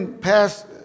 passed